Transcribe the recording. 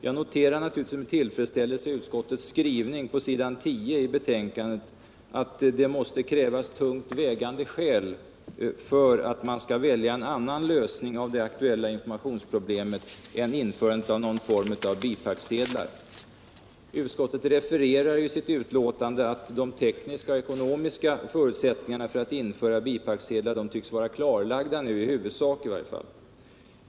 Jag noterar naturligtvis med tillfredsställelse utskottets skrivning på s. 10 i betänkandet, ”att det uppenbarligen måste krävas tungt vägande skäl för att man skall välja en annan lösning av det aktuella informationsproblemet än införandet av någon form av bipacksedlar”. Utskottet refererar i sitt betänkande att de tekniska och ekonomiska förutsättningarna för att införa bipacksedlar nu tycks vara klarlagda, i huvudsak i varje fall.